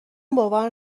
باور